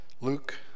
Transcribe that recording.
Luke